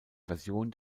version